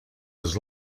was